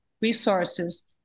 resources